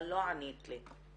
אבל לא ענית לי.